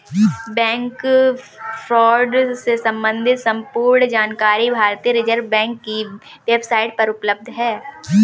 bank fraud से सम्बंधित संपूर्ण जानकारी भारतीय रिज़र्व बैंक की वेब साईट पर उपलब्ध है